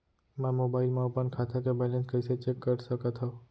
मैं मोबाइल मा अपन खाता के बैलेन्स कइसे चेक कर सकत हव?